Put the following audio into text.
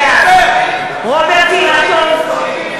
בעד רוברט אילטוב,